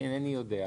אינני יודע.